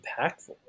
impactful